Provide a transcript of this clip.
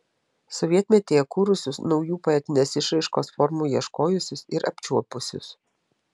sovietmetyje kūrusius naujų poetinės išraiškos formų ieškojusius ir apčiuopusius